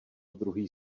druh